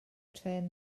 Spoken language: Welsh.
trên